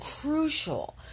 crucial